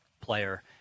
player